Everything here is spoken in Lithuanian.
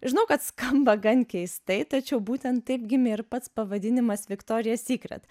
žinau kad skamba gan keistai tačiau būtent taip gimė ir pats pavadinimas viktorija sykret